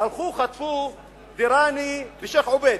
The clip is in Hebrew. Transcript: הלכו, חטפו את דיראני ושיח' עובייד.